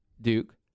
Duke